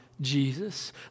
Jesus